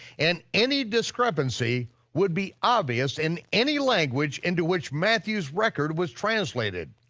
and any discrepancy would be obvious in any language into which matthew's record was translated.